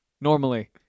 normally